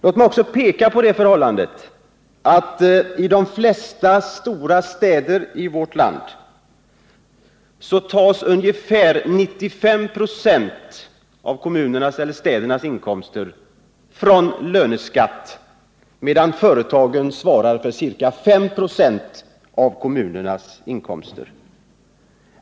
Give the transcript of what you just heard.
Låt mig också peka på det förhållandet att i de flesta stora städer i vårt land tas ungefär 95 926 av kommunernas inkomster från löneskatt, medan företagen svarar för ca 5 96 av kommunernas inkomster.